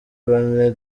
bane